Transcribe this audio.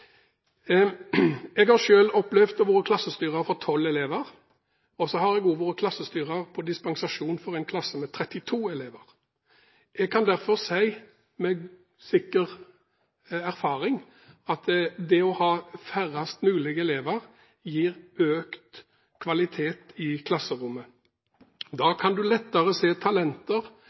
Jeg har selv opplevd å være klassestyrer for 12 elever, og så har jeg også vært klassestyrer – på dispensasjon – for en klasse med 32 elever. Jeg kan derfor si med sikker erfaring at det å ha færrest mulig elever gir økt kvalitet i klasserommet. Da kan du lettere se talenter,